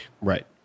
Right